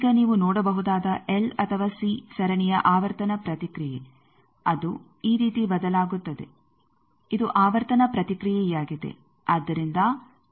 ಈಗ ನೀವು ನೋಡಬಹುದಾದ ಎಲ್ ಅಥವಾ ಸಿ ಸರಣಿಯ ಆವರ್ತನ ಪ್ರತಿಕ್ರಿಯೆ ಅದು ಈ ರೀತಿ ಬದಲಾಗುತ್ತದೆ ಇದು ಆವರ್ತನ ಪ್ರತಿಕ್ರಿಯೆಯಾಗಿದೆ